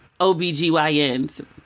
OBGYNs